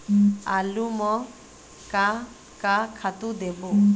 आलू म का का खातू देबो?